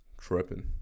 Tripping